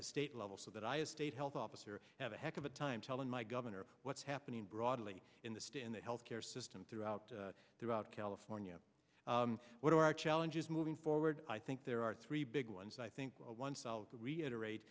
the state level so that i a state health officer have a heck of a time telling my governor what's happening broadly in the state and the health care system throughout throughout california what are our challenges moving forward i think there are three big ones i think once i'll reiterate